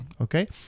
okay